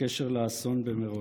בקשר לאסון במירון: